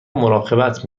مراقبت